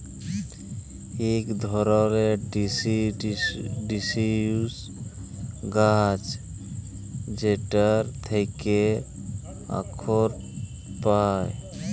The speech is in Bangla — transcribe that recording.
ইক ধারালের ডিসিডিউস গাহাচ যেটর থ্যাকে আখরট পায়